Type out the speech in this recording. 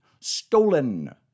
stolen